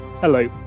Hello